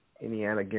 Indiana